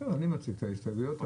אני מציג את ההסתייגויות.